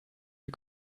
you